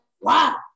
wow